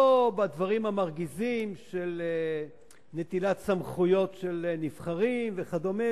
לא בדברים המרגיזים של נטילת סמכויות של נבחרים וכדומה,